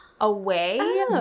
away